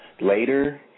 Later